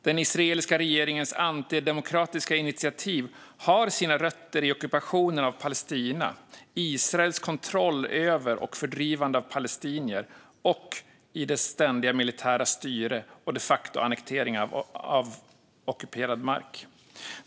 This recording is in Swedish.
Den israeliska regeringens antidemokratiska initiativ har sina rötter i ockupationen av Palestina, Israels kontroll över och fördrivande av palestinier och det ständiga militära styret och de facto-annekteringen av ockuperad mark.